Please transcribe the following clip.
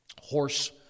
horse